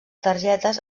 targetes